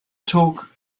talk